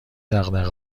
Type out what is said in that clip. دغدغه